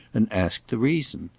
and asked the reason.